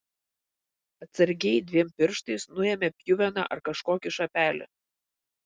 atsargiai dviem pirštais nuėmė pjuveną ar kažkokį šapelį